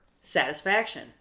satisfaction